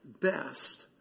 best